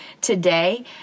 today